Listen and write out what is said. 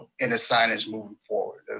in the signage moving forward.